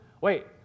Wait